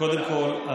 קודם כול,